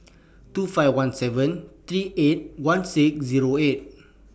two five one seven three eight one six Zero eight